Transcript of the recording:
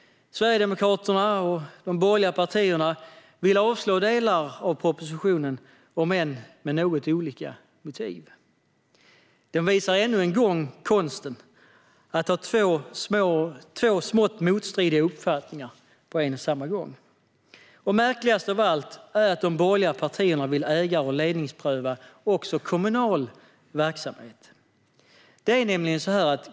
Sverigedemokraterna och de borgerliga partierna vill avslå delar av propositionen, om än med något olika motiv. De visar ännu en gång konsten att ha två smått motstridiga uppfattningar på en och samma gång. Märkligast av allt är att de borgerliga partierna vill ägar och ledningspröva också kommunal verksamhet.